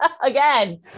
Again